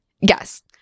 yes